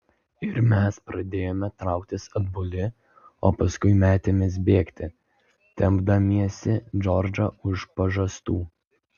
ir mes pradėjome trauktis atbuli o paskui metėmės bėgti tempdamiesi džordžą už pažastų